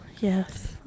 Yes